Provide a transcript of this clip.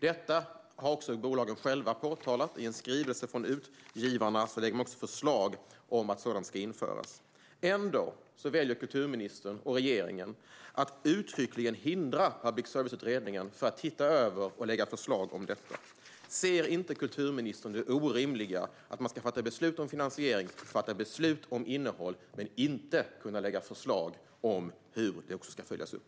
Detta har också bolagen själva påtalat. I en skrivelse från Utgivarna lägger man fram förslag om att sådant ska införas. Ändå väljer kulturministern och regeringen att uttryckligen hindra public service-utredningen från att se över och lägga fram förslag om detta. Ser inte kulturministern det orimliga i att man ska fatta beslut om finansiering och om innehåll men inte kan lägga fram förslag om hur detta ska följas upp?